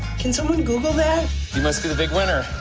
can someone google that? you must be the big winner.